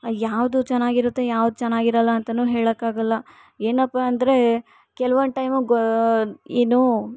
ಯಾವುದು ಚೆನ್ನಾಗಿರುತ್ತೆ ಯಾವ್ದು ಚೆನ್ನಾಗಿರೋಲ್ಲ ಅಂತಲು ಹೇಳೋಕ್ಕಾಗೊಲ್ಲ ಏನಪ್ಪ ಅಂದರೆ ಕೆಲವೊಂದು ಟೈಮುಗೆ ಏನು